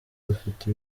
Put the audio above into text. rufite